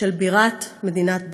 של בירת מדינת בוואריה.